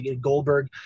goldberg